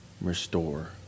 restore